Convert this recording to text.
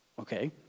okay